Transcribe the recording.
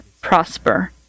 prosper